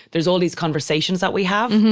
there's all these conversations that we have,